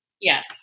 Yes